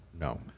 No